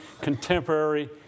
contemporary